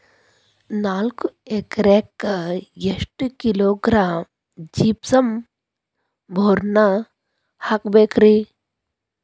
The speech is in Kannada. ನಾಲ್ಕು ಎಕರೆಕ್ಕ ಎಷ್ಟು ಕಿಲೋಗ್ರಾಂ ಜಿಪ್ಸಮ್ ಬೋರಾನ್ ಹಾಕಬೇಕು ರಿ?